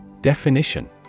Definition